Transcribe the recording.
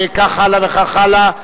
וכך הלאה וכך הלאה.